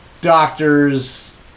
Doctors